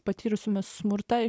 patyrusiomis smurtą